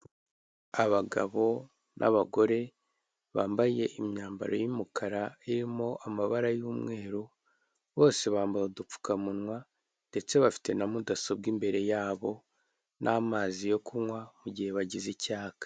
Abagabo n'abagore bambaye imyambaro yumukara irimo amabara y'umweru bose bambaye udupfukamunwa ndetse bafite na mudasobwa imbere yabo n'amazi yo kunywa mu gihe bagize icyaka.